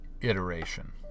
iteration